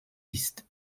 ist